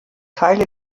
teile